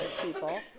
people